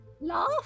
Laugh